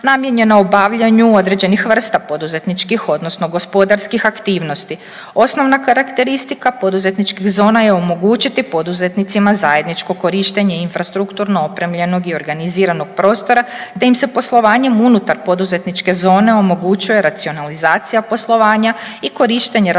namijenjena obavljanju određenih vrsta poduzetničkih odnosno gospodarskih aktivnosti. Osnovna karakteristika poduzetničkih zona je omogućiti poduzetnicima zajedničko korištenje infrastrukturno opremljenog i organiziranog prostora te im se poslovanjem unutar poduzetničke zone omogućuje racionalizacija poslovanja i korištenje